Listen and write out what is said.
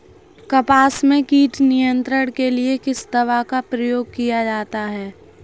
कपास में कीट नियंत्रण के लिए किस दवा का प्रयोग किया जाता है?